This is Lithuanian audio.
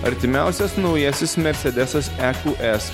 artimiausias naujasis mersedesas e q s